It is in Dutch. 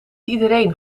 iedereen